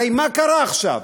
הרי מה קרה עכשיו?